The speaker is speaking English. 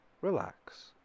relax